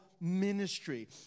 ministry